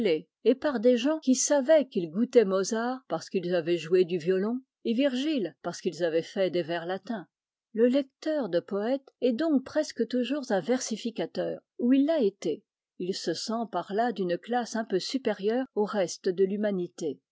et par des gens qui savaient qu'ils goûtaient mozart parce qu'ils avaient joué du violon et virgile parce qu'ils avaient fait des vers latins le lecteur de poètes est donc presque toujours un versificateur ou il l'a été il se sent par là d'une classe un peu supérieure au reste de l'humanité